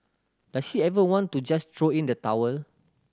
does she ever want to just throw in the towel